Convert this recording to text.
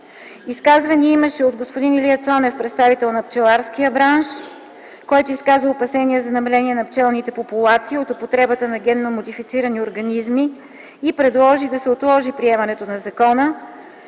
изказвания от господин Илия Цонев – представител на пчеларския бранш, който изказа опасения за намаление на пчелните популации от употребата на генно модифицирани организми и предложи да се отложи приемането на закона.